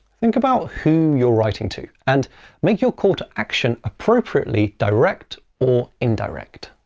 think about who you're writing to, and make your call-to-action appropriately direct or indirect.